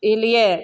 ई लिये